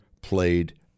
played